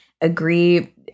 Agree